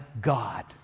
God